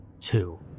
Two